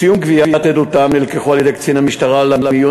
בסיום גביית עדותם הם נלקחו על-ידי קצין המשטרה למיון